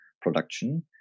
production